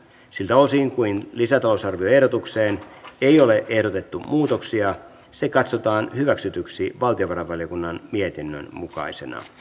siltä osin kuin lisäta lousarvioehdotukseen ei ole ehdotettu muutoksia se katsotaan hyväksytyksi valtiovarainvaliokunnan mietinnön mukaisena